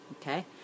okay